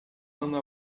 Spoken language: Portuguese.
ano